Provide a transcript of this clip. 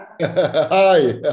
Hi